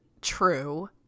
true